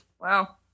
wow